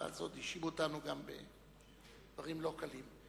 ואז עוד האשימו אותנו גם בדברים לא קלים.